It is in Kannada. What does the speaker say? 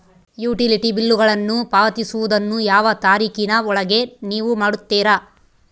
ಯುಟಿಲಿಟಿ ಬಿಲ್ಲುಗಳನ್ನು ಪಾವತಿಸುವದನ್ನು ಯಾವ ತಾರೇಖಿನ ಒಳಗೆ ನೇವು ಮಾಡುತ್ತೇರಾ?